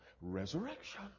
resurrection